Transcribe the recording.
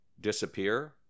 disappear